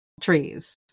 trees